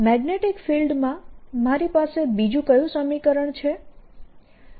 HB0 M or B0HM Hjfree magnetic ફીલ્ડમાં મારી પાસે બીજું કયું સમીકરણ છે